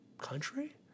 country